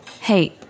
Hey